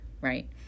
right